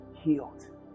healed